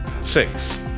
six